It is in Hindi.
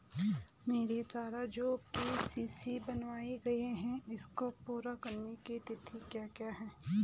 मेरे द्वारा जो के.सी.सी बनवायी गयी है इसको पूरी करने की तिथि क्या है?